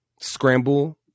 scramble